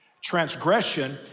Transgression